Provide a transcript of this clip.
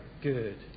good